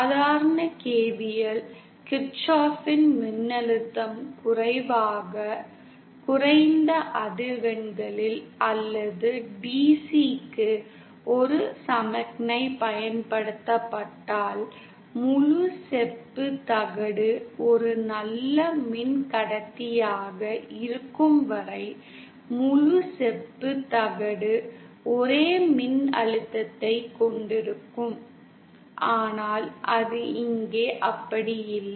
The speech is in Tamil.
சாதாரண KVL கிர்ச்சாப்பின் மின்னழுத்தம் குறைவாக குறைந்த அதிர்வெண்களில் அல்லது DCக்கு ஒரு சமிக்ஞை பயன்படுத்தப்பட்டால் முழு செப்புத் தகடு ஒரு நல்ல மின்கடத்தியாக இருக்கும் வரை முழு செப்புத் தகடு ஒரே மின்னழுத்தத்தைக் கொண்டிருக்கும் ஆனால் அது இங்கே அப்படி இல்லை